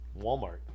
Walmart